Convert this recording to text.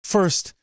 First